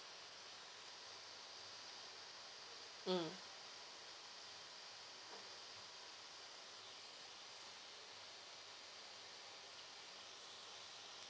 mm